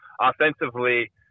Offensively